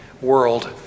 world